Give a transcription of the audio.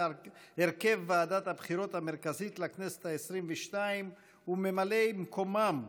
הרכב ועדת הבחירות המרכזית לכנסת העשרים-ושתיים וממלאי מקומם,